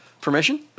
permission